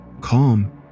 calm